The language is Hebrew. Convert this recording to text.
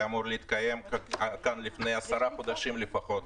היה אמור להתקיים כאן לפני עשרה חודשים לפחות.